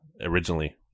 originally